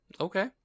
Okay